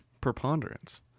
preponderance